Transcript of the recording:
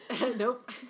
Nope